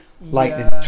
lightning